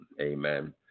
Amen